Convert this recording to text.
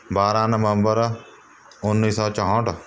ਬਾਰ੍ਹਾਂ ਨਵੰਬਰ ਉੱਨੀ ਸੌ ਚੌਂਹਠ